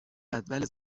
جدول